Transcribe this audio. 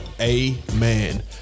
Amen